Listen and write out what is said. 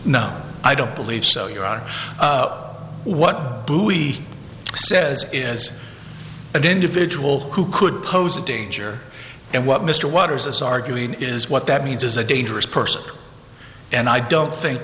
no i don't believe so your honor what bluey says is an individual who could pose a danger and what mr waters is arguing is what that means is a dangerous person and i don't think